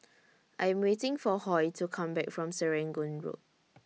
I Am waiting For Hoy to Come Back from Serangoon Road